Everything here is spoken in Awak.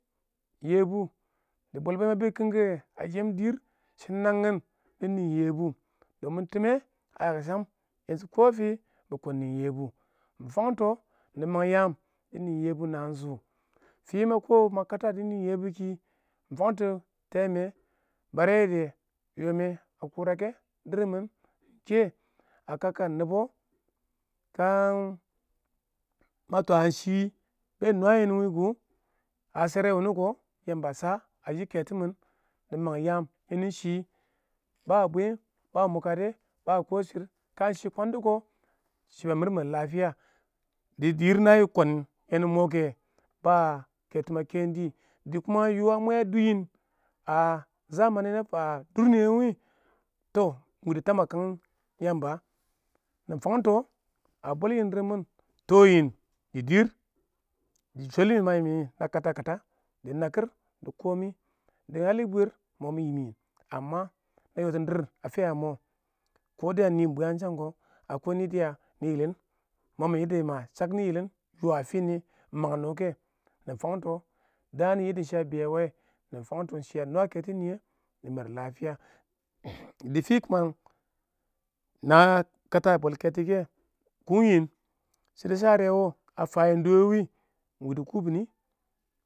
yɛbʊ dɪ bwɛl bwe ba bib kɪngnɛ kɛ a dab shɪrr shɪn nangin dɪ nɪɪn yɛbʊ time a yak sham kɪ fɪ bɪ kiɪn nɪɪn yɛbʊ mifangts teeme barye dɛ tɔ mɪ a kʊrakɛn dɪrr mɪn iɪng kɛ a kakkan yamba kə iɪng ma twawe shɪ ba nwayi mini kʊ ngashare wʊnɔ kɪ Yamba a sha a yib ketsn mɪn nɪ man yam yɛ nɪ shɪ ba bwɪm ba mʊ kade ba kʊ hirr kə shɪ kwandi shɪ ba marim mar dɪ dɪrr na kʊn yeni mʊ kɛ ba ketsn ma kə iɪng dɪ dɪ yuwan mwee a bwii na fan dʊr niyɛ kɪ tɔ wɪɪn dɪ tab a kang Yamba nɪ fangts a bwi yindir mɪn tɔ nɪ dɪ dɪrr, dɪ nakɪr dɪ bwiir dɪrr a fina ma kʊ dɪya mʊ mɪ biyangshan kɪ, wɪɪn yɪlɪn mʊ mɪ fankuwɪ ma shale nɪ yɪlɪn wɪɪn a fini a mang nɪ kə mɪ fangts daan shɪ a ba wɛ nɪ fanngs shɪ a nwa katsn niyɛ nɪ mar dɪ fɪ na kata bwɛl keto kɛ kung nɪ shɪdo shɪdo wɪɪn a fani dɪ wɛ wɪɪn iɪng wɪɪn dɪ kubun